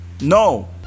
no